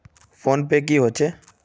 Phone पै की होचे?